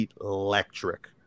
electric